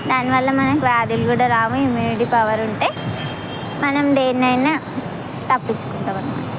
దానివల్ల మనకు వ్యాధులు కూడా రావు ఇమ్యూనిటీ పవర్ ఉంటే మనం దేన్నైనా తప్పించుకుంటామనమాట